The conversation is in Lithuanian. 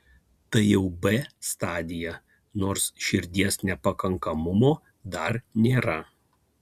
tai jau b stadija nors širdies nepakankamumo dar nėra